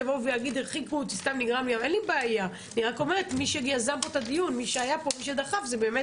אני רוצה להזכיר לכולם, שהדיון היה בכלל